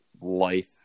life